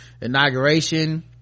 inauguration